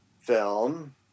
film